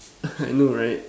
I know right